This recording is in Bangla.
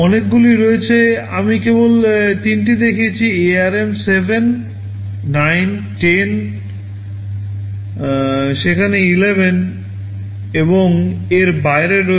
অনেকগুলি রয়েছে আমি কেবল তিনটি দেখছি ARM 7 9 10 সেখানে 11 এবং এর বাইরে রয়েছে